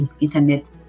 internet